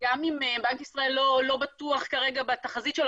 גם אם בנק ישראל לא בטוח כרגע בתחזית שלו,